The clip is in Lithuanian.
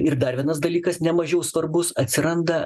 ir dar vienas dalykas nemažiau svarbus atsiranda